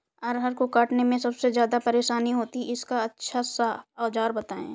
अरहर को काटने में सबसे ज्यादा परेशानी होती है इसका अच्छा सा औजार बताएं?